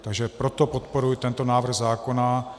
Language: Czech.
Takže proto podporuji tento návrh zákona.